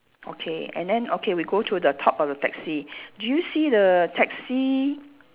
okay and then okay we go to the top of the taxi do you see the taxi